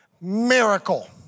Miracle